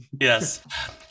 Yes